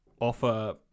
offer